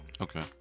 Okay